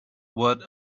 what